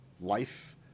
life